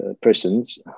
persons